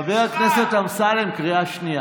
חבר הכנסת אמסלם, קריאה שנייה.